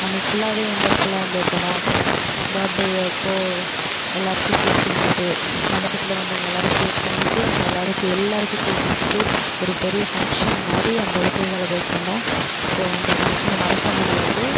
அன்னிக்கி ஃபுல்லாகவே என்ஜாய்ஃபுல்லாக என்ஜாய் பண்ணோம் அப்புறம் பேர்த்டே அப்போது எல்லாருக்கும் கேக் கொடுத்துட்டு மண்டபத்தில் வந்தவங்க எல்லாருக்கும் கேக் பண்ணிட்டு அங்கே எல்லாருக்கும் எல்லாருக்கும் கேக் கொடுத்துட்டு ஒரு பெரிய ஃபங்ஷன் மாதிரி அந்தளவுக்கு செலப்ரேட் பண்ணோம் ஸோ அந்த ஃபங்ஷனை மறக்க முடியாது